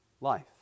life